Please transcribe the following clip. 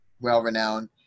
well-renowned